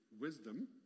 wisdom